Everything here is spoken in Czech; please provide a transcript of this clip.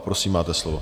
Prosím, máte slovo.